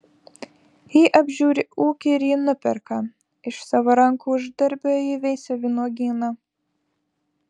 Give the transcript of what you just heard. ji apžiūri ūkį ir jį nuperka iš savo rankų uždarbio įveisia vynuogyną